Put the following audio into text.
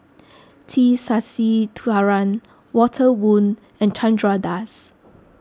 T Sasitharan Walter Woon and Chandra Das